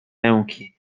ręki